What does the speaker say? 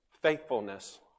faithfulness